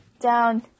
down